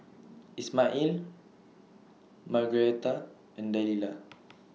Ismael Margaretta and Delilah